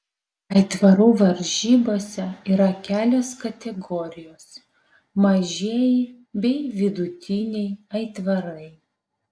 aitvarų varžybose yra kelios kategorijos mažieji bei vidutiniai aitvarai